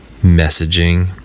messaging